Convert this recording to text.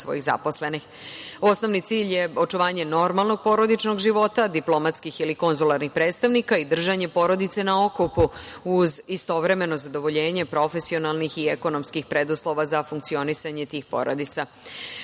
svojih zaposlenih. Osnovni cilj je očuvanje normalnog porodičnog života, diplomatskih ili konzularnih predstavnika i držanje porodice na okupu uz istovremeno zadovoljenje profesionalnih i ekonomskih preduslova za funkcionisanje tih porodica. Takođe,